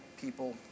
people